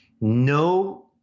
no